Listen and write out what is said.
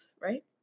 right